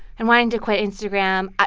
and wanting to quit instagram,